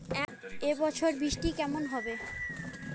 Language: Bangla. এবছর বৃষ্টি কেমন হবে?